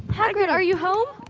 hagrid, are you home?